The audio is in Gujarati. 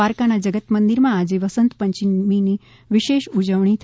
દ્વારકાના જગત મંદિરમાં આજે વસંતપંયમીની વિશેષ ઉજવણી થઇ હતી